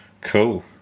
cool